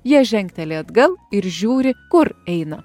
jie žengteli atgal ir žiūri kur eina